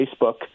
Facebook